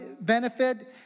benefit